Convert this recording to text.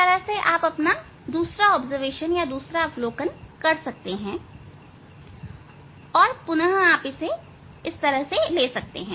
इस तरह से आप दूसरा अवलोकन कर सकते हैं और पुनः आप इसे ले सकते हैं